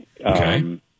Okay